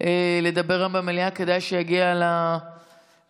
לדבר במליאה כדאי שיגיע למליאה,